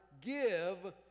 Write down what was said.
give